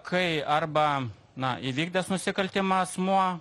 kai arba na įvykdęs nusikaltimą asmuo